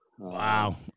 Wow